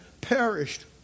perished